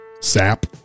sap